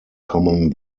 common